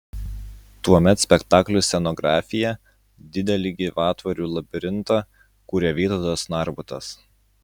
tuomet spektakliui scenografiją didelį gyvatvorių labirintą kūrė vytautas narbutas